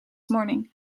morning